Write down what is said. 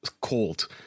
cold